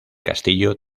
castillo